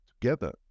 together